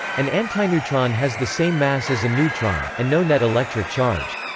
an antineutron has the same mass as a neutron, and no net electric charge.